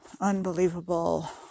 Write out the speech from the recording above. unbelievable